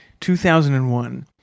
2001